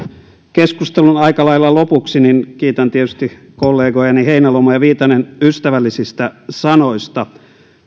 keskustelun aika lailla lopuksi kiitän tietysti kollegojani heinäluomaa ja viitasta ystävällisistä sanoista